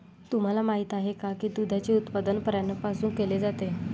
तुम्हाला माहित आहे का की दुधाचे उत्पादन प्राण्यांपासून केले जाते?